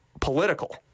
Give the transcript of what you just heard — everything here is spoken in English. political